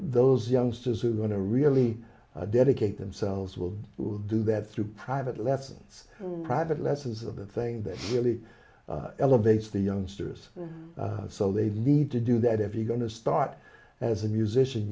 those youngsters who are going to really dedicate themselves will do that through private lessons private lessons of the thing that really elevates the youngsters so they need to do that if you're going to start as a musician